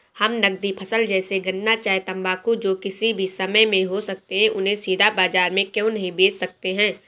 हम नगदी फसल जैसे गन्ना चाय तंबाकू जो किसी भी समय में हो सकते हैं उन्हें सीधा बाजार में क्यो नहीं बेच सकते हैं?